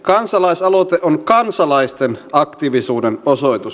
kansalaisaloite on kansalaisten aktiivisuuden osoitus